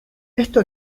esto